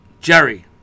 Jerry